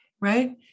right